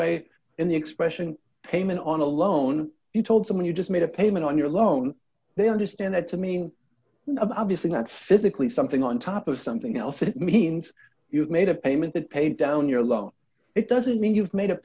way in the expression payment on a loan you told someone you just made a payment on your loan they understand that to mean obviously not physically something on top of something else that means you've made a payment that pay down your loan it doesn't mean you've made up